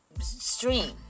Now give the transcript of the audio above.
stream